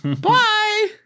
Bye